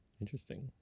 Interesting